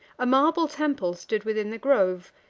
a marble temple stood within the grove,